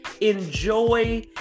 Enjoy